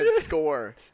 score